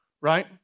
right